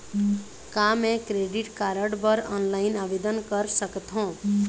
का मैं credit card बर ऑनलाइन आवेदन कर सकथों?